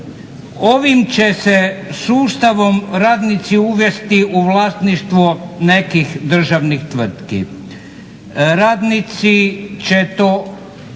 Ovim će se sustavom radnici uvesti u vlasništvo nekih državnih tvrtki. Radnici će to vlasništvo,